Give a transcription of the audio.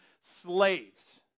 slaves